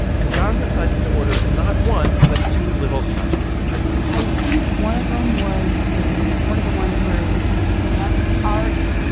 and john decides to order not one but two little tchotchkes for jen i think one of them was a one of the ones where it's the sand art,